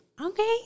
okay